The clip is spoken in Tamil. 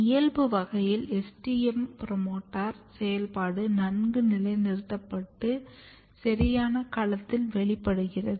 இயல்பு வகையில் STM புரோமோட்டார் செயல்பாடு நன்கு நிலைநிறுத்தப்பட்டு சரியான களத்தில் வெளிப்படுகிறது